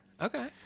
Okay